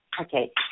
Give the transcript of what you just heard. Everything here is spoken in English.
okay